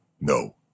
No